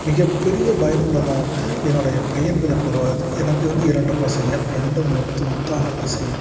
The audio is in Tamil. மிகபெரிய பயனுள்ளதாக என்னுடைய பையன்களுக்கு உருவாகுது எனக்கு வந்து இரண்டு பசங்கள் ரெண்டும் முத்து முத்தான பசங்கள்